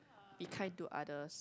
be kind to others